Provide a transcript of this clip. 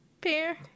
Pear